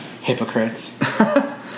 Hypocrites